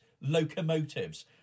locomotives